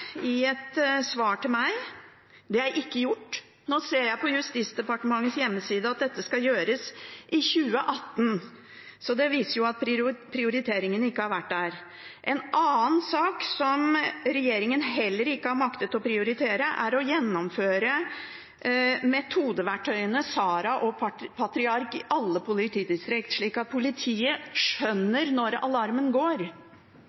Det er ikke blitt gjort. Jeg ser på Justisdepartementets hjemmeside at dette skal gjøres i 2018. Det viser at dette ikke har vært prioritert. En annen sak som regjeringen heller ikke har maktet å prioritere, er å gjennomføre metodeverktøyene SARA og PATRIARK i alle politidistrikt, slik at politiet skjønner når alarmen går.